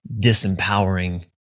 disempowering